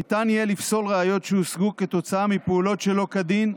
ניתן יהיה לפסול ראיות שהושגו כתוצאה מפעולות שלא כדין,